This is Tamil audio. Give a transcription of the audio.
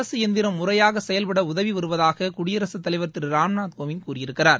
அரசு எந்திரம் முறையாக செயல்பட உதவி வருவதாக குடியரசுத் தலைவர் திரு ராம்நாத் கோவிந்த் கூறியிருக்கிறார்